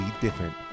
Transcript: different